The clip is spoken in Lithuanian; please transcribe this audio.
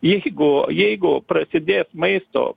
jeigu jeigu prasidės maisto